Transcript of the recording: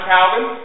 Calvin